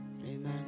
Amen